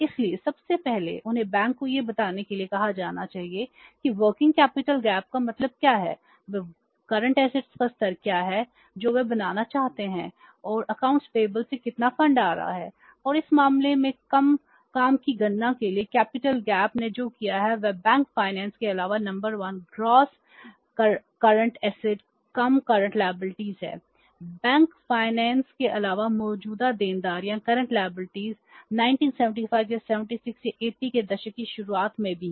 इसलिए सबसे पहले उन्हें बैंक को यह बताने के लिए कहा जाना चाहिए कि वर्किंग कैपिटल गैप के अलावा मौजूदा देनदारियां 1975 या 76 या 80 के दशक की शुरुआत में भी हैं